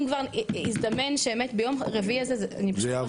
אם כבר הזדמן שבאמת ביום רביעי הזה זה יעבור,